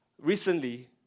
recently